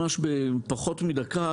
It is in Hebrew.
בפחות מדקה,